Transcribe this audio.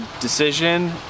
decision